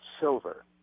silver